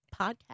podcast